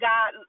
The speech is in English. God